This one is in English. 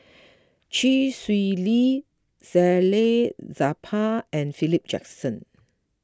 Chee Swee Lee Salleh Japar and Philip Jackson